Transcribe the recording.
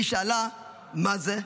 היא שאלה: מה זה?